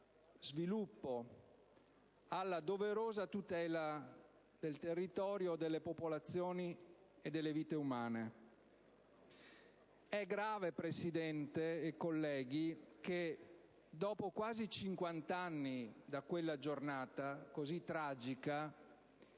sviluppo alla doverosa tutela del territorio, delle popolazioni e delle vite umane. È grave, signor Presidente, colleghi, che dopo quasi cinquant'anni da quella giornata così tragica